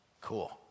Cool